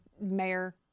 Mayor